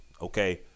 okay